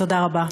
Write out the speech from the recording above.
תודה רבה.